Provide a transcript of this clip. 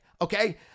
okay